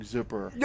Zipper